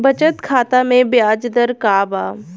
बचत खाता मे ब्याज दर का बा?